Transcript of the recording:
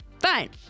fine